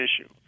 issue